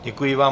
Děkuji vám.